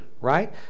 right